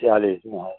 चालीस में है